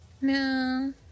No